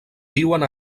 viuen